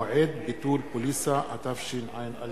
(מועד ביטול פוליסה), התשע"א 2011,